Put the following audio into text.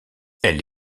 elle